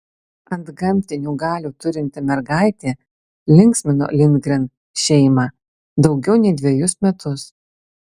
antgamtinių galių turinti mergaitė linksmino lindgren šeimą daugiau nei dvejus metus